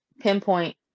pinpoint